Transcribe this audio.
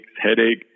headache